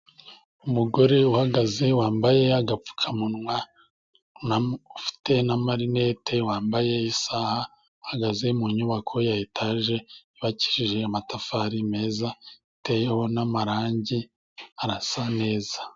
Umugore uhagaze wambaye agapfukamunwa ufite na marinete wambaye isaha. Ahagaze mu nyubako ya etaje yubakishijwe amatafari meza iteyeho n'amarangi arasa neza.